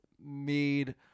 made